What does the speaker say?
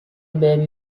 baby